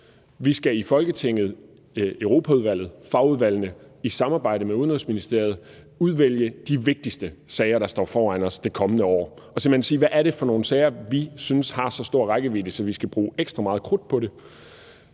at vi i Folketinget, i Europaudvalget, i fagudvalgene i samarbejde med Udenrigsministeriet skal udvælge de vigtigste sager, der står foran os det kommende år, og simpelt hen spørge: Hvad er det for nogle sager, vi synes har så stor en rækkevidde, at vi skal bruge ekstra meget krudt på det?